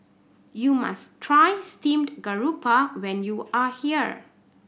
you must try steamed garoupa when you are here